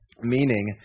Meaning